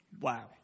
Wow